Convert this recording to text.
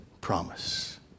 promise